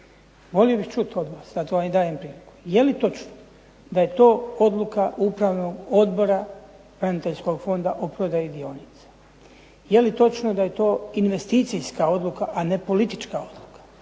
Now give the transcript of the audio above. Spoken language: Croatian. Volio bih čuti od vas, zato vam i dajem priliku, je li točno da je to odluka upravnog odbora braniteljskog fonda o prodaji dionica? Je li točno da je to investicijska odluka, a ne politička odluka?